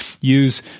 use